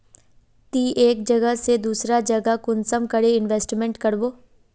ती एक जगह से दूसरा जगह कुंसम करे इन्वेस्टमेंट करबो?